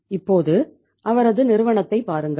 இப்போது அவரது நிறுவனத்தைப் பாருங்கள்